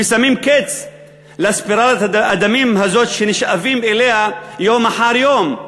ושמים קץ לספירת הדמים הזאת שנשאבים אליה יום אחר יום.